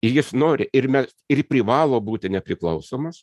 ir jis nori ir mes ir privalo būti nepriklausomas